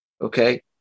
okay